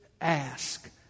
ask